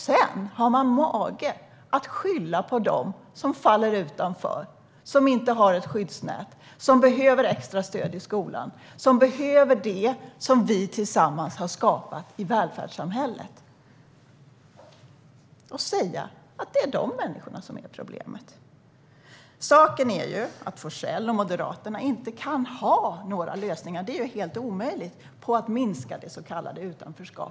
Sedan har man mage att skylla på dem som faller utanför, som inte har ett skyddsnät, som behöver extra stöd i skolan - man skyller på dem som behöver det som vi tillsammans har skapat i välfärdssamhället. Man har mage att säga att det är dessa människor som är problemet. Saken är att Forssell och Moderaterna inte kan ha några lösningar för att minska det så kallade utanförskapet.